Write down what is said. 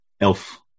elf